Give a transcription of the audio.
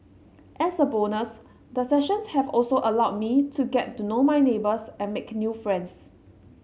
as a bonus the sessions have also allowed me to get to know my neighbours and make new friends